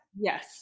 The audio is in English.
Yes